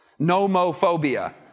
Nomophobia